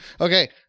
Okay